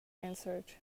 answered